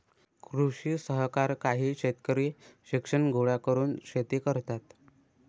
कृषी सहकार काही शेतकरी शिक्षण गोळा करून शेती करतात